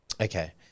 Okay